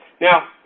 Now